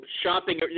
shopping